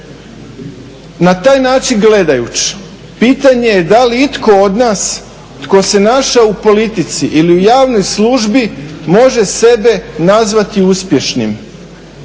Na taj način gledajući, pitanje je da li itko od nas tko se našao u politici ili javnoj službi može sebe nazvati uspješnim.